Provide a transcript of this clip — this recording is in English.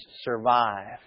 survive